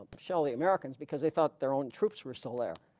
shell the americans because they thought their own troops were still there.